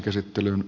käsittelyn